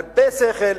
הרבה שכל,